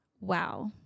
Wow